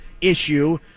issue